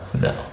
No